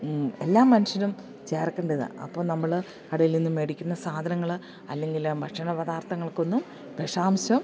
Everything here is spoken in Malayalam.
എല്ലാ മനുഷ്യരും ചേർക്കേണ്ടതാണ് അപ്പം നമ്മള് കടയിൽ നിന്നും മേടിക്കുന്ന സാധനങ്ങള് അല്ലെങ്കിൽ ഭക്ഷണ പദാത്ഥങ്ങൾക്കൊന്നും വിഷാംശം